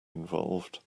involved